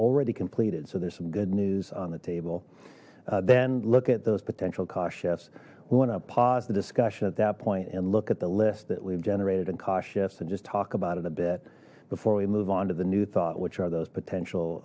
already completed so there's some good news on the table then look at those potential cost chefs we want to pause the discussion at that point and look at the list that we've generated in cost shifts and just talk about it a bit before we move on to the new thought which are those potential